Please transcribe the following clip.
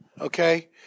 okay